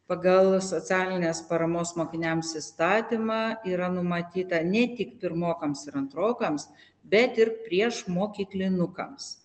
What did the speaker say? pagal socialinės paramos mokiniams įstatymą yra numatyta ne tik pirmokams ir antrokams bet ir priešmokyklinukams